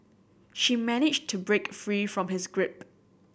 she managed to break free from his grip